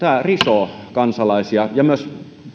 risoo kansalaisia ja myös